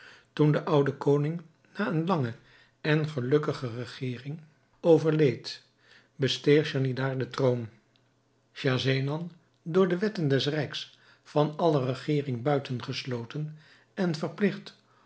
toen de oude koning na eene lange en gelukkige regering overleed besteeg schahriar den troon schahzenan door de wetten des rijks van alle regering buiten gesloten en verpligt